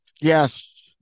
yes